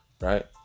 right